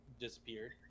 disappeared